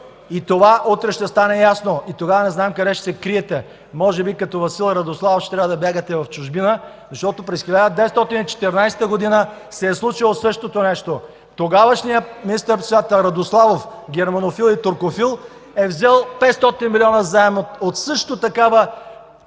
и това утре ще стане ясно. Тогава не знам къде ще се криете. Може би като Васил Радославов ще трябва да бягате в чужбина, защото през 1914 г. се е случило същото нещо. Тогавашният министър-председател Радославов – германофил и туркофил, е взел 500 милиона заем от също такава